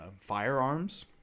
firearms